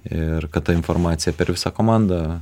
ir kad ta informacija per visą komandą